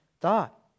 thought